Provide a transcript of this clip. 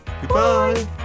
Goodbye